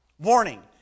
Warning